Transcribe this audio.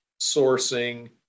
sourcing